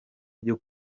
byo